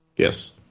Yes